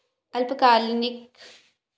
अल्पकालीन योजनाएं कौन कौन सी हैं?